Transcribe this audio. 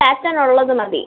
പാറ്റേണുള്ളത് മതി